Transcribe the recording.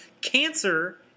Cancer